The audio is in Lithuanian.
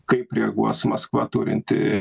kaip reaguos maskva turinti